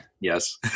Yes